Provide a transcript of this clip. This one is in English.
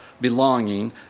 belonging